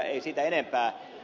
ei siitä enempää